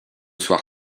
soir